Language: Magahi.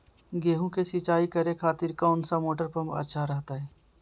गेहूं के सिंचाई करे खातिर कौन सा मोटर पंप अच्छा रहतय?